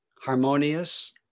harmonious